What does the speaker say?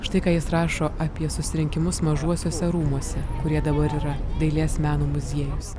štai ką jis rašo apie susirinkimus mažuosiuose rūmuose kurie dabar yra dailės meno muziejus